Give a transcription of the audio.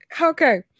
Okay